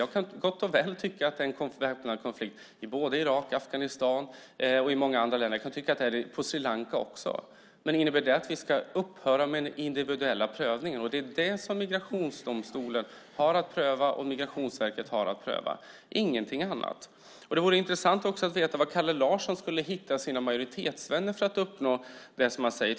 Jag kan gott och väl tycka att det är väpnade konflikter i Irak, Afghanistan och i många andra länder, också på Sri Lanka. Men innebär det att vi ska upphöra med den individuella prövningen? Det är den prövning som migrationsdomstolen och Migrationsverket har att göra, ingenting annat. Det vore intressant att veta var Kalle Larsson skulle hitta sina majoritetsvänner för att uppnå det som han säger.